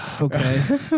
Okay